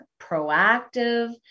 proactive